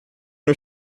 her